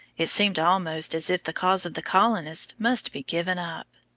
it seemed almost as if the cause of the colonists must be given up.